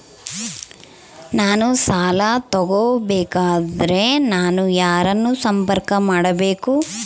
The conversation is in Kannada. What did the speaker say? ನಾನು ಸಾಲ ತಗೋಬೇಕಾದರೆ ನಾನು ಯಾರನ್ನು ಸಂಪರ್ಕ ಮಾಡಬೇಕು?